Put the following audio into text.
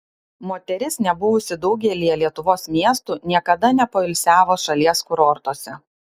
moteris nebuvusi daugelyje lietuvos miestų niekada nepoilsiavo šalies kurortuose